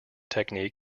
technique